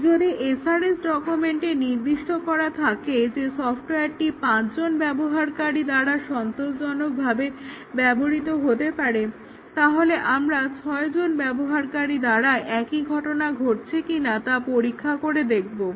যদি SRS ডকুমেন্টে নির্দিষ্ট করা থাকে যে সফটওয়্যারটি 5 জন ব্যবহারকারী দ্বারা সন্তোষজনকভাবে ব্যবহৃত হতে পারে তাহলে আমরা 6 জন ব্যবহারকারী দ্বারা একই ঘটনা ঘটছে কিনা তা পরীক্ষা করে দেখবো